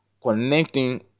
connecting